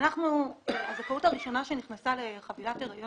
הזכאות הראשונה שנכנסה לחבילת הריון